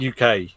UK